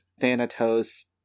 Thanatos